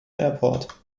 airport